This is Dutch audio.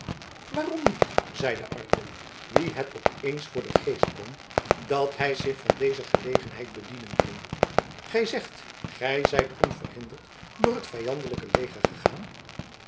waarom niet zeide arkel wien het op eens voor den geest kwam dat hij zich van deze gelegenheid bedienen kon gij zegt gij zijt onverhinderd door het vijandelijke leger gegaan